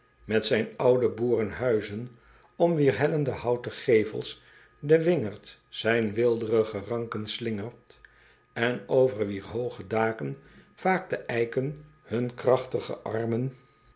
met zijn oude boerenhuizen om wier hellende houten gevels de wingerd zijn weelderige ranken slingert en over wier hooge daken vaak de eiken hun krachtige armen